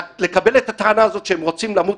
לקבל את הטענה הזאת שהם רוצים למות,